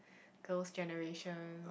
Girls'-Generation